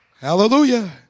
Hallelujah